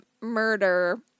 murder